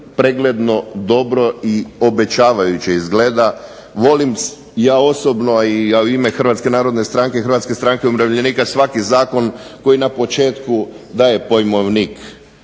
pregledno, dobro i obećavajuće izgleda. Volim, ja osobno, a i u ime Hrvatske narodne stranke i Hrvatske stranke umirovljenika svaki zakon koji na početku daje pojmovnik,